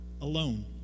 alone